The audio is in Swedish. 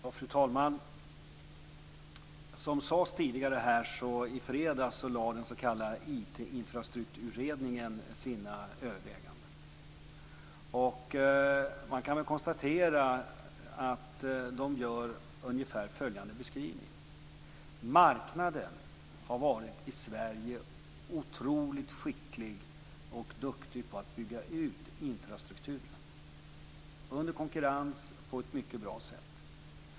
Fru talman! Som sades tidigare lade den s.k. IT infrastrukturutredningen i fredags fram sina överväganden. Man kan väl konstatera att de gör ungefär följande beskrivning: Marknaden har i Sverige varit otroligt duktig och skicklig på att bygga ut infrastrukturen under konkurrens och på ett mycket bra sätt.